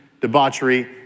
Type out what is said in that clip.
debauchery